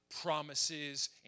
promises